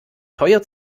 teuer